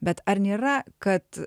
bet ar nėra kad